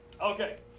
Okay